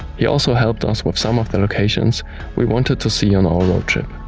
he also helped us with some of the locations we wanted to see on our road trip.